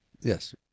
Yes